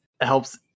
helps